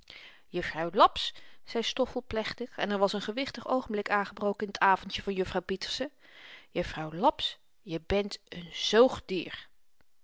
juffrouw laps zei stoffel plechtig en er was n gewichtig oogenblik aangebroken in t avendje van juffrouw pieterse juffrouw laps je bent n zoogdier